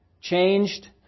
changed